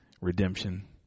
redemption